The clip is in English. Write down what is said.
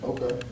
Okay